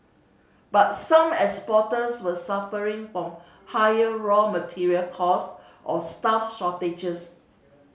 but some exporters were suffering from higher raw material cost or staff shortages